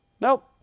nope